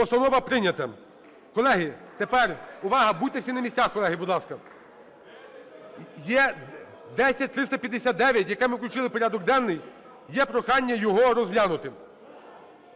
Постанова прийнята. Колеги, тепер, увага! Будьте всі на місцях, колеги, будь ласка. Є 10359, який ми включили в порядок денний, є прохання його розглянути.